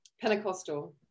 Pentecostal